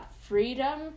freedom